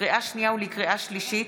לקריאה שנייה ולקריאה שלישית: